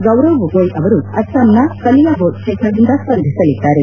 ಗೌರವ್ ಗೊಗೋಯ್ ಅವರು ಅಸ್ಸಾಂನ ಕಲಿಯಾಬೋರ್ ಕ್ಷೇತ್ರದಿಂದ ಸ್ಪರ್ಧಿಸಲಿದ್ದಾರೆ